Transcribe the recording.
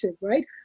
right